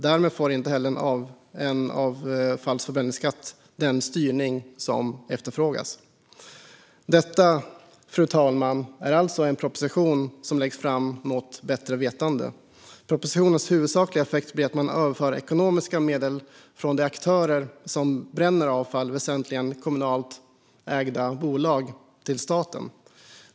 Därmed får inte heller en avfallsförbränningsskatt den styreffekt som efterfrågas. Detta, fru talman, är alltså en proposition som läggs fram mot bättre vetande. Propositionens huvudsakliga effekt blir att man överför ekonomiska medel från de aktörer som bränner avfall, väsentligen kommunalt ägda bolag, till staten.